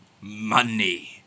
money